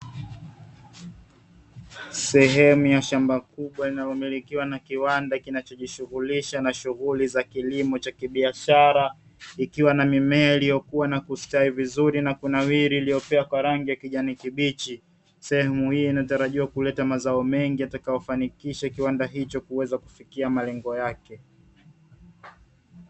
Sehemu ya shamba kubwa linalomilikiwa na kiwanda kinachojishughulisha na shughuli za kilimo cha kibiashara, ikiwa na mimea iliyokua na kustawi vizuri na kunawiri; iliyopea kwa rangi ya kijani kibichi, sehemu hii inatarajiwa kuleta mazao mengi yatakayofanikisha kiwanda hicho kuweza kufikia malengo yake.